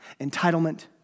entitlement